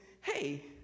hey